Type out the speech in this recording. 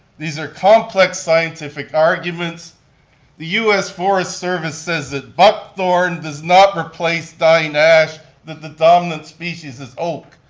these are complex scientific arguments. the us forest service says that buckthorn does not replace dying ash, that the dominant species is oak.